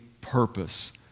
purpose